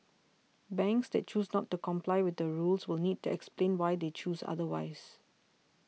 banks that choose not to comply with the rules will need to explain why they chose otherwise